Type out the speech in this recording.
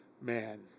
Man